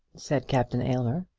said captain aylmer.